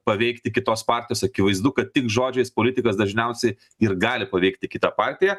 paveikti kitos partijos akivaizdu kad tik žodžiais politikas dažniausiai ir gali paveikti kitą partiją